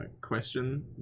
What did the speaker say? question